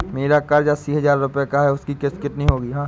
मेरा कर्ज अस्सी हज़ार रुपये का है उसकी किश्त कितनी होगी?